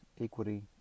equity